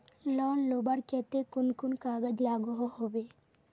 Loan लुबार केते कुन कुन कागज लागोहो होबे?